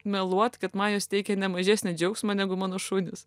meluot kad man jos teikia ne mažesnį džiaugsmą negu mano šunys